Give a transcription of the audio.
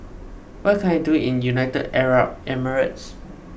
what can I do in United Arab Emirates